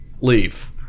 leave